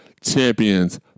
Champions